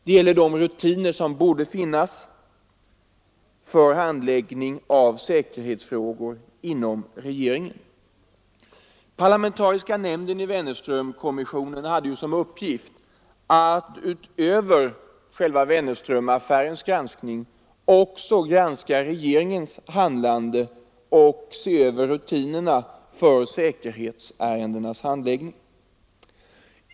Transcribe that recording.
Det gäller de rutiner som borde finnas för handläggning av säkerhetsfrågor inom regeringen. Parlamentariska nämnden i Wennerströmaffären hade ju som uppgift att utöver granskningen av själva Wennerströmaffären också granska regeringens handlande och se över rutinerna för säkerhetsärendenas handläggning.